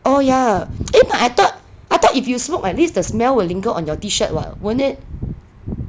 oh ya eh but I thought I thought if you smoke at least the smell will linger on your t-shirt [what] won't it